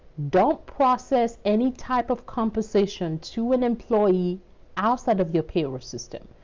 don't process any type of. compensation to an employee outside of your. payroll system.